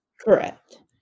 Correct